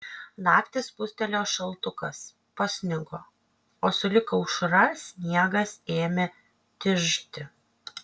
naktį spustelėjo šaltukas pasnigo o sulig aušra sniegas ėmė tižti